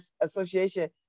association